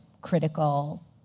critical